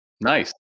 Nice